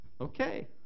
Okay